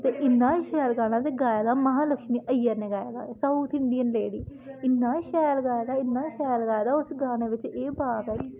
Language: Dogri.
ते इन्ना शैल गाना ते गाए दा महालक्ष्मी अयर ने गाए दा ऐ साउथ इंडियन लेडी इन्ना शैल गाए दा इन्ना शैल गाए दा उस गाने बिच्च एह् भाव ऐ